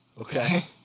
Okay